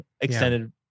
extended